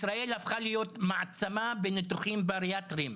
ישראל הפכה להיות מעצמה בניתוחים בריאטריים.